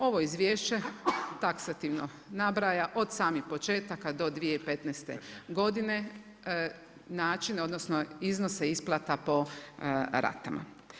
Ovo izvješće taksativno nabraja od samih početaka do 2015. godine način odnosno iznose isplata po ratama.